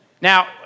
Now